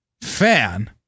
fan